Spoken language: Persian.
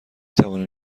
توانیم